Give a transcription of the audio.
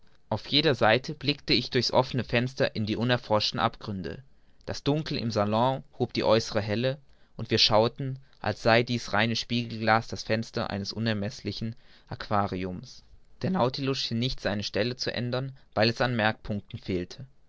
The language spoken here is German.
auf jeder seite blickte ich durch's offene fenster in die unerforschten abgründe das dunkel im salon hob die äußere helle und wir schauten als sei dieses reine spiegelglas das fenster eines unermeßlichen aquariums der nautilus schien nicht seine stelle zu ändern weil es an merkpunkten fehlte